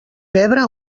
pebre